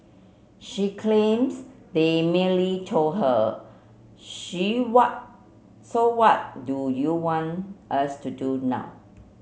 she claims they merely told her she so what do you want us to do now